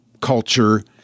culture